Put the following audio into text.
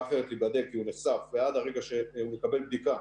אחרת להיבדק כי הוא נחשף ועד הרגע שהוא מקבל בדיקה.